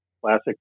classic